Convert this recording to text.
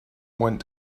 went